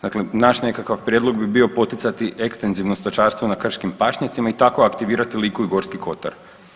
Dakle, naš nekakav prijedlog bi bio poticati ekstenzivno stočarstvo na krškim pašnjacima i tako aktivirati Liku i Gorski kotar.